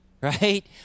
right